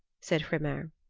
said hrymer.